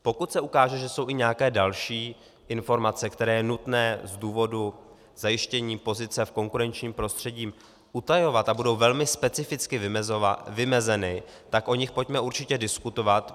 Pokud se ukáže, že jsou i nějaké další informace, které je nutné z důvodu zajištění pozice v konkurenčním prostředí utajovat, a budou velmi specificky vymezeny, tak o nich pojďme určitě diskutovat.